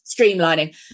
streamlining